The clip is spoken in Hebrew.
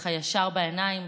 ככה ישר בעיניים,